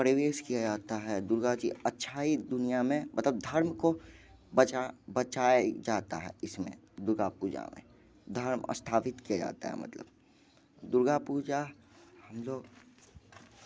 परिवेश किया जाता है दुर्गा जी अच्छाई दुनिया में मतलब धर्म को बचाया जाता है इसमें दुर्गा पूजा में धर्म स्थापित किया जाता है मतलब दुर्गा पूजा हम लोग